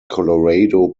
colorado